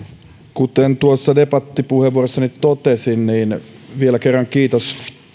kuten tuossa debattipuheenvuorossani totesin vielä kerran kiitos